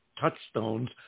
Touchstones